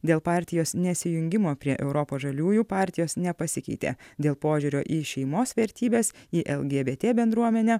dėl partijos nesijungimo prie europos žaliųjų partijos nepasikeitė dėl požiūrio į šeimos vertybes į lgbt bendruomenę